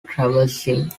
traversing